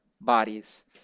bodies